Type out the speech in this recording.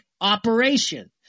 operation